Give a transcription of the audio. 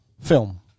film